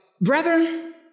Brethren